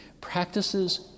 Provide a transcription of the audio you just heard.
Practices